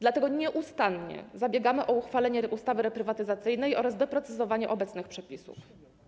Dlatego nieustannie zabiegamy o uchwalenie ustawy reprywatyzacyjnej oraz doprecyzowanie obecnych przepisów.